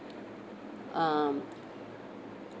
ah